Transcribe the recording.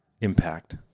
impact